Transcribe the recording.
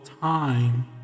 time